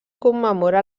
commemora